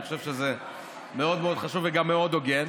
אני חושב שזה מאוד מאוד חשוב וגם מאוד הוגן.